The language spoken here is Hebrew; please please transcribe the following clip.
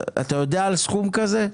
אתה יודע על סכום כזה?